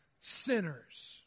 sinners